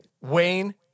Wayne